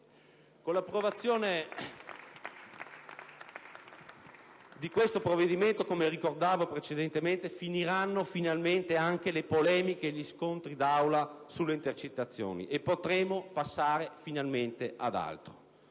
Con l'approvazione di questo provvedimento, come ricordavo precedentemente, finiranno finalmente anche le polemiche e gli scontri d'Aula sulle intercettazioni e potremo passare finalmente ad altro.